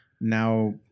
now